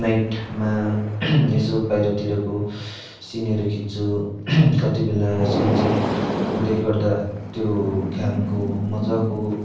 नाइटमा यसो बाहिरतिरको सिनहरू खिच्छु कति बेला सनसेट उदय गर्दा त्यो घामको मजाको